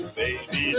baby